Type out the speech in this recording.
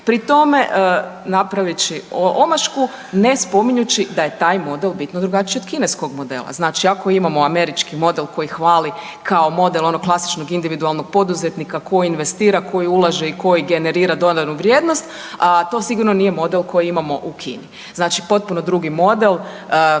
pri tome praveći omašku, ne spominjući da je taj model bitno drugačiji od kineskog modela. Znači ako imamo američki model koji hvali kao model onog klasičnog individualnog poduzetnika koji investira, koji ulaže i koji generira dodanu vrijednost, a to sigurno nije model koji imamo u Kini. Znači potpuno drugi model